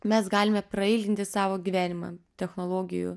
mes galime prailginti savo gyvenimą technologijų